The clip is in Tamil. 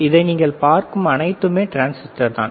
இங்கு நீங்கள் பார்க்கும் அனைத்துமே டிரான்சிஸ்டர் தான்